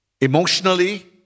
emotionally